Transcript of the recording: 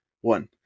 one